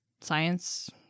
science